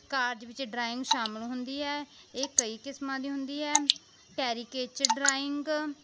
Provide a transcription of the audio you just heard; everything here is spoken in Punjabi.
ਕਾਰਜ ਵਿੱਚ ਡਰਾਇੰਗ ਸ਼ਾਮਿਲ ਹੁੰਦੀ ਹੈ ਇਹ ਕਈ ਕਿਸਮਾਂ ਦੀ ਹੁੰਦੀ ਹੈ ਟੈਰੀਕੇਚ ਡਰਾਇੰਗ